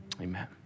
Amen